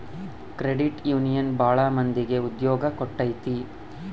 credit union ಭಾಳ ಮಂದಿಗೆ ಉದ್ಯೋಗ ಕೊಟ್ಟೈತಿ